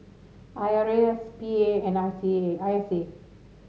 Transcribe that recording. I R A S P A and I C A I S A